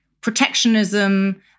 protectionism